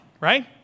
right